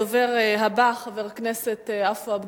הדובר הבא, חבר הכנסת עפו אגבאריה,